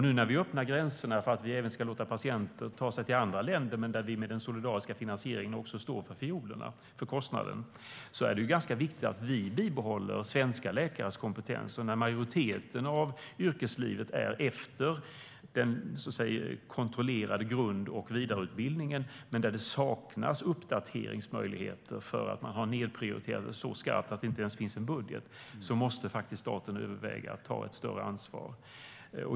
Nu när vi öppnar gränserna för att även låta patienter ta sig till andra länder samtidigt som vi med solidarisk finansiering står för fiolerna, för kostnaden, är det ganska viktigt att vi bibehåller svenska läkares kompetens. När majoriteten av yrkeslivet kommer efter den kontrollerade grund och vidareutbildningen och det saknas uppdateringsmöjligheter för att man nedprioriterat detta så skarpt att det inte ens finns en budget, måste faktiskt staten överväga att ta ett större ansvar.